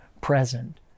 present